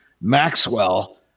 Maxwell